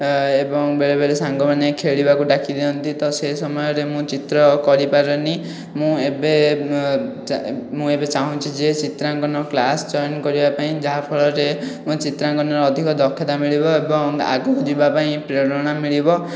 ଏବଂ ବେଳେବେଳେ ସାଙ୍ଗମାନେ ଖେଳିବାକୁ ଡାକିଦିଅନ୍ତି ତ ମୁଁ ସେ ସମୟରେ ଚିତ୍ର କରିପାରେନି ମୁଁ ଏବେ ମୁଁ ଏବେ ଚାହୁଁଛି ଯେ ଚିତ୍ରାଙ୍କନ କ୍ଳାସ ଯଏନ୍ କରିବା ପାଇଁ ଯାହାଫଳରେ ମୋତେ ଚିତ୍ରାଙ୍କନରେ ଅଧିକ ଦକ୍ଷତା ମିଳିବ ଏବଂ ଆଗକୁ ଯିବା ପାଇଁ ପ୍ରେରଣା ମିଳିବ